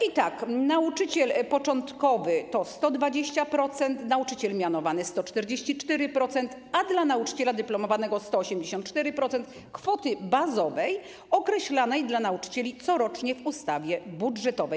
I tak dla nauczyciela początkowego - 120%, dla nauczyciela mianowanego - 144%, a dla nauczyciela dyplomowanego 184% kwoty bazowej określanej dla nauczycieli corocznie w ustawie budżetowej.